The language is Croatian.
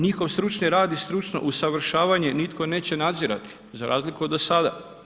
Njihov stručni rad i stručno usavršavanje nitko neće nadzirati, za razliku do sada.